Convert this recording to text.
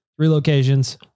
Relocations